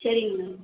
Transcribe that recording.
சரிங்க மேம்